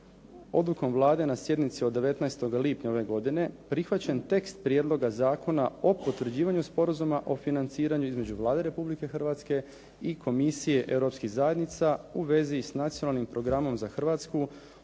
odlukom Vlade na sjednici od 19. lipnja ove godine prihvaćen tekst Prijedloga zakona o potvrđivanju Sporazuma o financiranju između Vlade Republike Hrvatske i Komisije Europskih zajednica u vezi s Nacionalnim programom za Hrvatsku